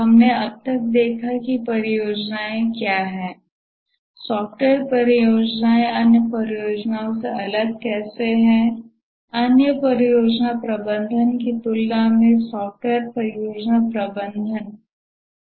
हमने अब तक देखा है कि परियोजनाएं क्या हैं सॉफ्टवेयर परियोजनाएं अन्य परियोजनाओं से अलग कैसे हैं अन्य परियोजना प्रबंधन की तुलना में सॉफ्टवेयर परियोजना प्रबंधन क्यों मुश्किल है